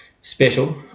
special